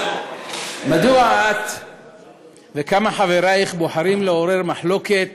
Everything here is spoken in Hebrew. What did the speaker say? מדוע את וכמה מחברייך בוחרים להעלות מחלוקת